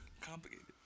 Complicated